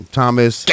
Thomas